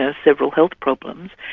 ah several health problems,